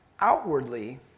outwardly